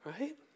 right